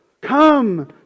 Come